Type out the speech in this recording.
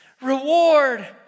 reward